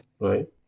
Right